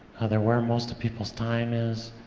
they're where most of people's time is,